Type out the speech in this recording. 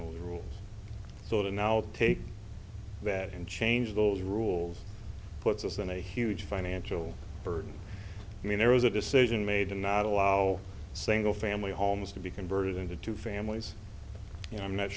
the rules so that now take that and change those rules puts us in a huge financial burden i mean there was a decision made to not allow single family homes to be converted into two families and i'm not